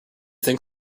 think